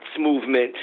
movement